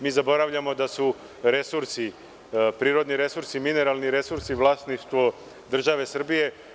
Mi zaboravljamo da su prirodni resursi, mineralni resursi vlasništvo države Srbije.